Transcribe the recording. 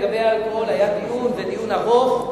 לגבי האלכוהול היה דיון ארוך,